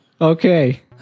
Okay